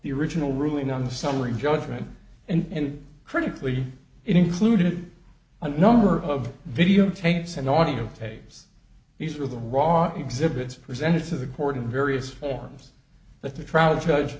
the original ruling on the summary judgment and critically it included a number of videotapes and audiotapes these are the raw exhibits presented to the court in various forms that the trout judge